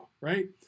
right